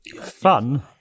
Fun